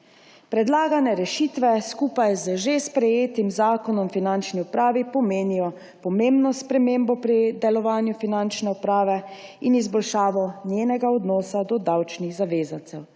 Predlagane rešitve skupaj z že sprejetim Zakonom o finančni upravi pomenijo pomembno spremembo pri delovanju Finančne uprave in izboljšavo njenega odnosa do davčnih zavezancev.